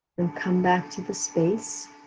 and come back to the space,